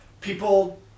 People